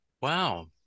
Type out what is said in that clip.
Wow